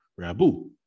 Rabu